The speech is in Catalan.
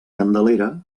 candelera